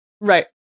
Right